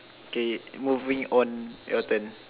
okay moving on your turn